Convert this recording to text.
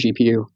GPU